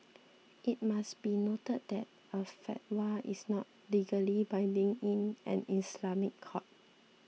it must be noted that a fatwa is not legally binding in an Islamic court